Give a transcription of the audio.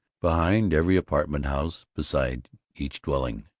behind every apartment-house, beside each dwelling,